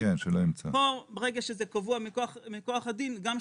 פה ברגע שזה קבוע מכוח הדין גם שופט,